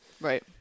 Right